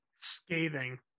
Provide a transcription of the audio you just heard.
scathing